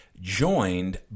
joined